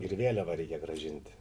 ir vėliavą reikia grąžinti